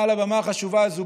מעל לבמה החשובה הזאת,